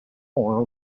oil